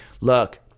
Look